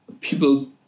people